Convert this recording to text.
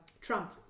Trump